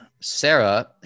Sarah